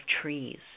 trees